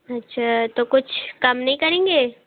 अच्छा तो कुछ कम नहीं करेंगे